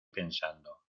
pensando